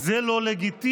זה לא לגיטימי.